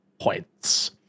points